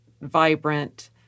vibrant